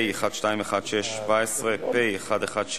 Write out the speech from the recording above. אהרונוביץ,